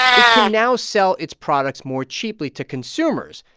it can now sell its products more cheaply to consumers.